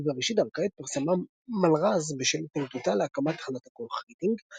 עוד בראשית דרכה התפרסמה מלר"ז בשל התנגדותה להקמת תחנת הכוח רדינג,